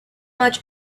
much